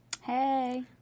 Hey